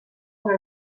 una